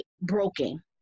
broken